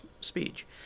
speech